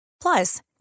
Plus